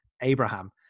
Abraham